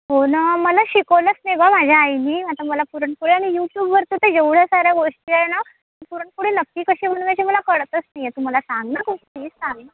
हो ना अगं मला शिकवलंच नाही ग माझ्या आईने आता मला पुरणपोळ्या आणि युट्युबवर कसं एवढ्या साऱ्या गोष्टी आहे ना तर पुरणपोळी नक्की कशी बनवायची मला कळतच नाही आहे तू मला सांग ना ग प्लीज सांग